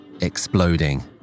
exploding